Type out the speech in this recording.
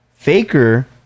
Faker